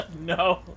No